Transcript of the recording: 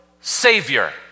Savior